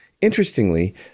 Interestingly